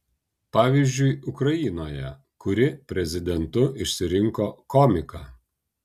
pavyzdžiui ukrainoje kuri prezidentu išsirinko komiką